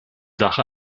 sache